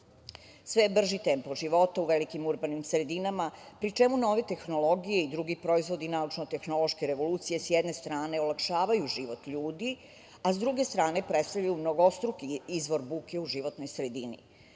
je brži tempo života u velikim urbanim sredinama, pri čemu nove tehnologije i drugi proizvodi naučno-tehnološke revolucije sa jedne strane olakšavaju život ljudi, a sa druge strane predstavljaju mnogostruki izvor buke u životnoj sredini.